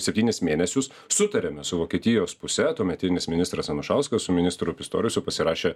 septynis mėnesius sutarėme su vokietijos puse tuometinis ministras anušauskas su ministru pistorusiu pasirašė